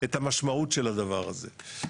את המשמעות של הדבר הזה.